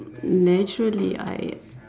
naturally I